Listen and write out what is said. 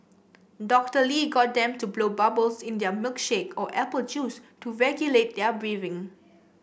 Doctor Lee got them to blow bubbles in their milkshake or apple juice to regulate their breathing